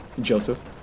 Joseph